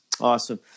Awesome